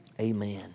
Amen